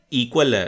equal